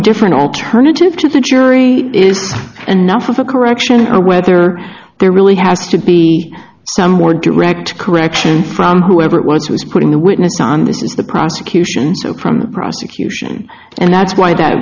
different alternative to the jury is enough of a correction or whether there really has to be some more direct correction from whoever it was was put in the witness on this is the prosecution from prosecution and that's why that